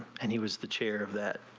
and he was the chair of that.